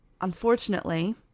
Unfortunately